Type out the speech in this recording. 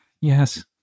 Yes